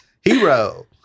hero